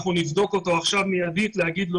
אנחנו נבדוק אותו עכשיו מיידית ונאמר לו